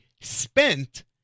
spent